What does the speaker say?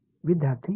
विद्यार्थी आर